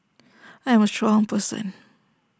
I am A strong person